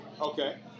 Okay